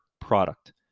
product